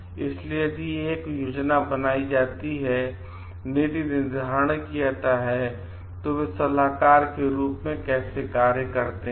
इसलिए यदि एक योजना बनाई जाती है नीति निर्धारण किया जाता है तो वे सलाहकार के रूप में कैसे कार्य करते हैं